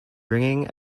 bringing